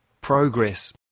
progress